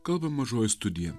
kalba mažoji studija